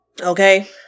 Okay